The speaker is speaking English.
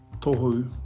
tohu